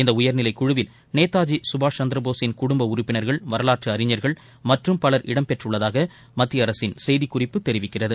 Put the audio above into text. இந்த உயர்நிலைக் குழுவில் நேதாஜி கபாஷ் சந்திரபோஸின் குடும்ப உறப்பினர்கள் வரலாற்று அறிஞர்கள் மற்றும் பலர் இடம்பெற்றுள்ளதாக மத்திய அரசின் செய்திக்குறிப்பு தெிவிக்கிறது